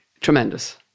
tremendous